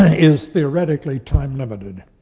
is theoretically time-limited.